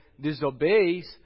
disobeys